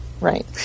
Right